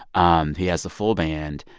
um he has a full band,